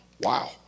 wow